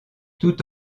tout